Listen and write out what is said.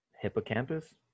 hippocampus